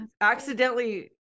accidentally